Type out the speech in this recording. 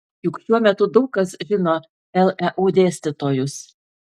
juk šiuo metu daug kas žino leu dėstytojus